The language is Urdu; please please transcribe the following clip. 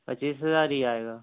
پچیس ہزار ہی آئے گا